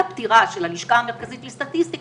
תהיה מודעת לבריאות השד שלה מגיל צעיר?